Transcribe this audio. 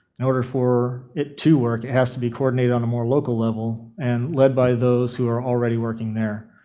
in order for it to work, it has to be coordinated on a more local level and led by those who are already working there.